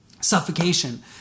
suffocation